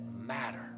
matter